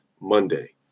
Monday